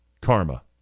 Karma